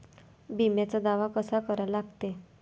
बिम्याचा दावा कसा करा लागते?